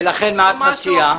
ולכן מה את מציעה?